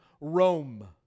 Rome